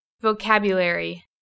Vocabulary